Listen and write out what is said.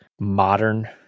modern